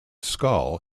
skull